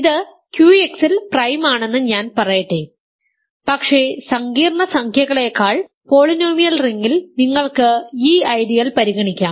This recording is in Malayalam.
ഇത് QX ൽ പ്രൈമാണെന്ന് ഞാൻ പറയട്ടെ പക്ഷേ സങ്കീർണ്ണ സംഖ്യകളേക്കാൾ പോളിനോമിയൽ റിംഗിൽ നിങ്ങൾക്ക് ഈ ഐഡിയൽ പരിഗണിക്കാം